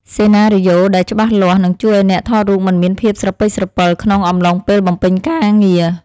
សេណារីយ៉ូដែលច្បាស់លាស់នឹងជួយឱ្យអ្នកថតរូបមិនមានភាពស្រពេចស្រពិលក្នុងអំឡុងពេលបំពេញការងារ។